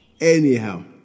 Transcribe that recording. anyhow